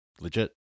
legit